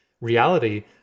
reality